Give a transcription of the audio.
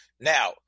Now